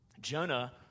Jonah